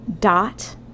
Dot